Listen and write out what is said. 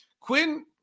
Quinn